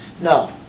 No